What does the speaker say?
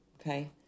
Okay